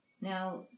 now